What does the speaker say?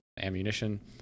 Ammunition